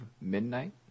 midnight